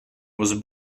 was